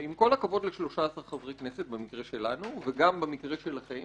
ועם כל הכבוד ל-13 חברי כנסת במקרה שלנו וגם במקרה שלכם,